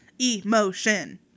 Emotion